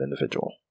individual